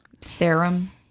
Serum